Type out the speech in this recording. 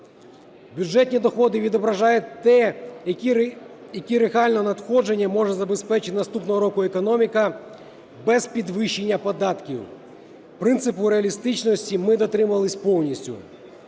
Бюджетні доходи відображають те, які реально надходження може забезпечити наступного року економіка без підвищення податків. Принципу реалістичності ми дотримувались повністю.